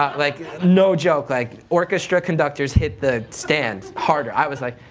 um like no joke, like orchestra conductors hit the stand harder. i was like,